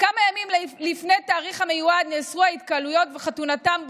כמה ימים לפני התאריך המיועד נאסרו ההתקהלויות וחתונתם בוטלה.